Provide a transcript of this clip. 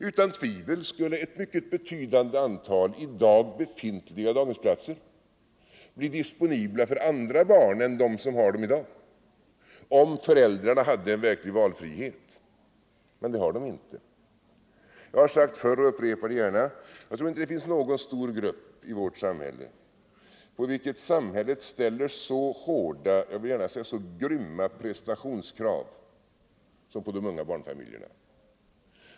Utan tvivel skulle ett mycket betydande antal i dag befintliga daghemsplatser bli disponibla för andra barn än de barn som disponerar dem i dag, om föräldrarna hade en verklig valfrihet. Men det har de inte. Jag har sagt förr och upprepar det gärna, att jag tror inte att det finns någon stor grupp i landet på vilken samhället ställer så hårda — ja, jag vill säga så grymma — prestationskrav som på de unga barnfamiljerna.